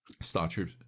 Starship